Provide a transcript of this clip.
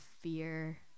fear